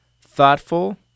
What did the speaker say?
thoughtful